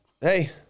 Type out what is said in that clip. Hey